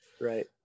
right